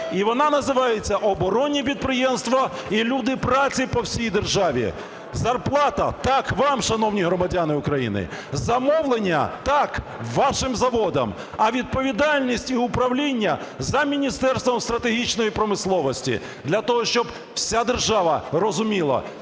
І вона називається – оборонні підприємства і люди праці по всій державі. Зарплата, так, вам, шановні громадяни України, замовлення, так, вашим заводам. А відповідальність і управління за Міністерством стратегічної промисловості для того, щоб вся держава розуміла